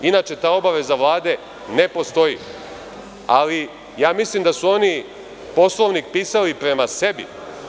Inače, ta obaveza Vlade ne postoji, ali ja mislim da su oni Poslovnik pisali prema sebi.